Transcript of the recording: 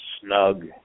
snug